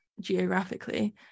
geographically